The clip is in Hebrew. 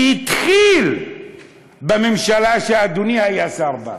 שהתחיל בממשלה שאדוני היה שר בה.